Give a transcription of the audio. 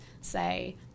say